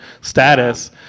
status